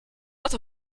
not